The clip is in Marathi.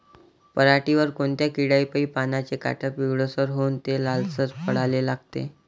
पऱ्हाटीवर कोनत्या किड्यापाई पानाचे काठं पिवळसर होऊन ते लालसर पडाले लागते?